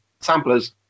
samplers